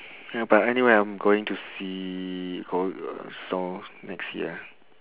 ya but anyway I'm going to see all the snow next year